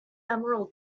emerald